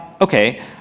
okay